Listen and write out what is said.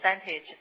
percentage